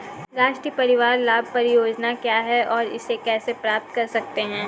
राष्ट्रीय परिवार लाभ परियोजना क्या है और इसे कैसे प्राप्त करते हैं?